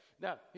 Now